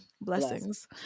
blessings